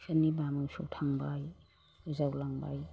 सोरनिबा मोसौ थांबाय गोजावलांबाय